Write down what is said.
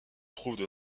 trouvent